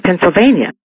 Pennsylvania